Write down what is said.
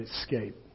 escape